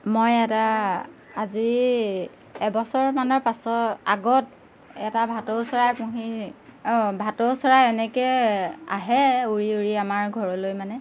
মই এটা আজি এবছৰ মানৰ পাছত আগত এটা ভাটৌ চৰাই পুহি অঁ ভাটৌ চৰাই এনেকৈ আহে উৰি উৰি আমাৰ ঘৰলৈ মানে